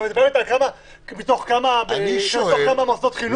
אתה שואל מתוך כמה מוסדות חינוך?